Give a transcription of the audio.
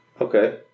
okay